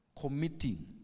Committing